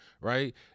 Right